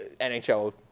NHL